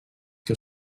que